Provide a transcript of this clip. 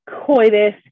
coitus